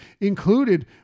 included